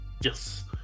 Yes